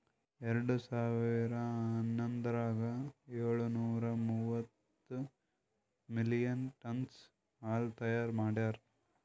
ಎರಡು ಸಾವಿರಾ ಹನ್ನೊಂದರಾಗ ಏಳು ನೂರಾ ಮೂವತ್ತು ಮಿಲಿಯನ್ ಟನ್ನ್ಸ್ ಹಾಲು ತೈಯಾರ್ ಮಾಡ್ಯಾರ್